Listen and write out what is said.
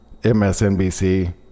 MSNBC